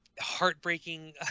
heartbreaking